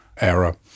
era